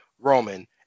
Roman